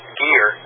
gear